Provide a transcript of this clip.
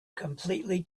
completely